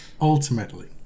ultimately